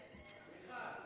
חמש דקות.